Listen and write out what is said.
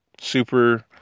super